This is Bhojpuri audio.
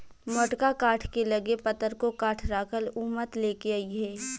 मोटका काठ के लगे पतरको काठ राखल उ मत लेके अइहे